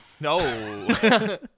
no